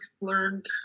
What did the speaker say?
learned